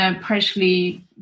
partially